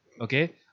Okay